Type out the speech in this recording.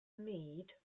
mead